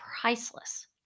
priceless